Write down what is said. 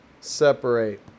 separate